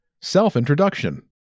Self-Introduction